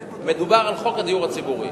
מדובר על חוק הדיור הציבורי,